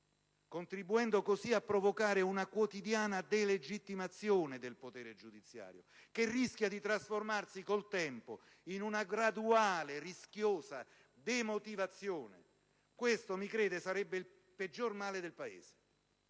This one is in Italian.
contribuendo così a provocare una quotidiana delegittimazione del potere giudiziario che rischia di trasformarsi con il tempo in una graduale, rischiosa, demotivazione. Questo, mi creda, sarebbe il peggior male del Paese.